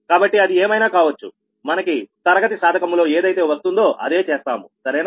కాబట్టి అది ఏమైనా కావచ్చు మనకి తరగతి సాధకము లో ఏదైతే వస్తుందో అదే చేస్తాము సరేనా